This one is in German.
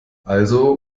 also